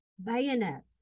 bayonets